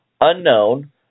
unknown